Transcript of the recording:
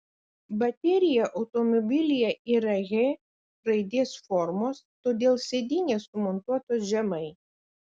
baterija automobilyje yra h raidės formos todėl sėdynės sumontuotos žemai